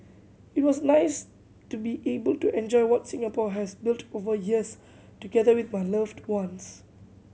it was nice to be able to enjoy what Singapore has built over years together with my loved ones